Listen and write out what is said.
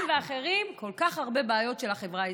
ואחרים כל כך הרבה בעיות של החברה הישראלית.